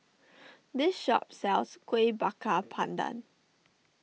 this shop sells Kuih Bakar Pandan